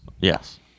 Yes